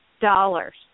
dollars